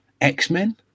X-Men